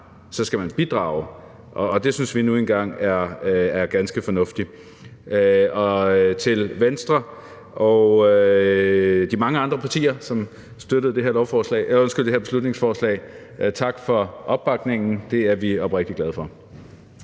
skal man bidrage, og det synes vi nu engang er ganske fornuftigt. Til Venstre og de mange andre partier, som støtter det her beslutningsforslag, vil jeg sige tak for opbakningen. Det er vi oprigtigt glade for.